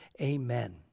Amen